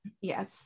Yes